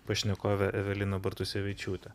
pašnekove evelina bartusevičiūtė